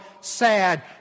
sad